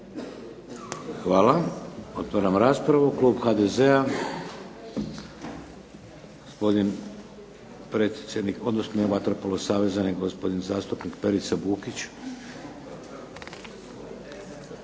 Hvala. Otvaram raspravu. Klub HDZ-a, gospodin …/Ne razumije se./… vaterpolo saveza gospodin zastupnik Perica Bukić.